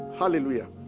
hallelujah